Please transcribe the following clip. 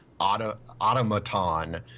automaton